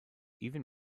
even